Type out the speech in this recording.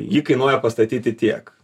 jį kainuoja pastatyti tiek